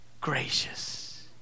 gracious